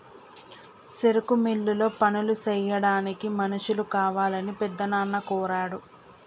సెరుకు మిల్లులో పనులు సెయ్యాడానికి మనుషులు కావాలని పెద్దనాన్న కోరాడు